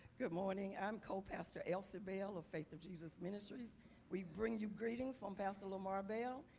good morning. i'm co-pastor else avail of faith of jesus ministries we bring you greetings from pastor lamar bell,